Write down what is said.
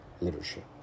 leadership